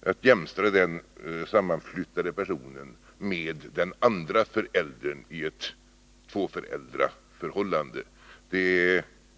skall kunna jämställas med den andra föräldern i ett tvåföräldraförhållande.